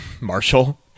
Marshall